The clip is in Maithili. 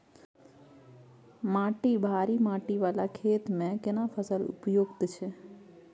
माटी भारी माटी वाला खेत में केना फसल उपयुक्त छैय?